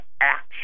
action